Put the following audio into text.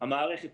המנגנון